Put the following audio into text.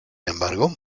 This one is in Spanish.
embargo